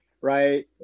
Right